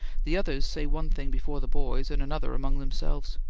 the others say one thing before the boys and another among themselves.